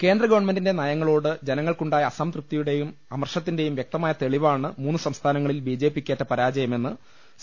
കേന്ദ്ര ഗവൺമെന്റിന്റെ നയങ്ങളോട് ജനങ്ങൾക്കുണ്ടായ അസംതൃ പ്തിയുടെയും അമർഷത്തിന്റെയും വ്യക്തമായ തെളിവാണ് മൂന്ന് സംസ്ഥാ നങ്ങളിൽ ബിജെപിക്കേറ്റ പരാജയമെന്ന് സി